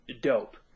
dope